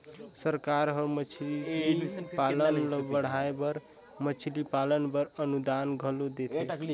सरकार हर मछरी पालन ल बढ़ाए बर मछरी पालन बर अनुदान घलो देथे